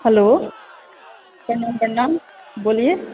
hello प्रणाम प्रणाम बोलिए